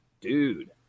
dude